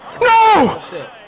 No